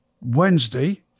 Wednesday